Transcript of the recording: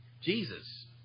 Jesus